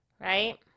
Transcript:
Right